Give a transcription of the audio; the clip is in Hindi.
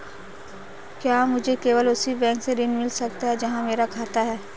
क्या मुझे केवल उसी बैंक से ऋण मिल सकता है जहां मेरा खाता है?